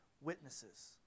witnesses